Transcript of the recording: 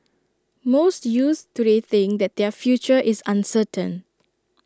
most youths today think that their future is uncertain